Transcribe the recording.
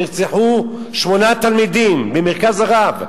נרצחו שמונה תלמידים מ"מרכז הרב",